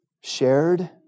shared